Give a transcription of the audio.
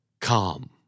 Calm